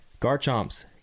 Garchomp's